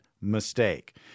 mistake